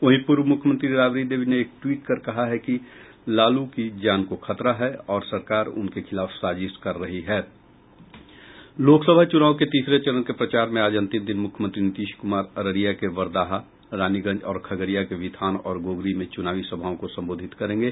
वहीं पूर्व मुख्यमंत्री राबड़ी देवी ने एक ट्वीट कर कहा है कि लालू की जान को खतरा है और सरकार उनके खिलाफ साजिश कर रही है लोकसभा चुनाव के तीसरे चरण के प्रचार में आज अंतिम दिन मुख्यमंत्री नीतीश कुमार अररिया के बरदाहा रानीगंज और खगड़िया के विथान और गोगरी में चुनावी सभाओं को संबोधित करेंगे